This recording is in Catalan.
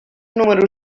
número